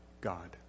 God